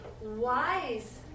wise